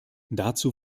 dazu